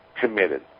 committed